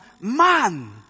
man